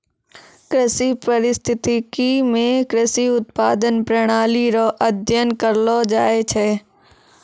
कृषि परिस्थितिकी मे कृषि उत्पादन प्रणाली रो अध्ययन करलो जाय छै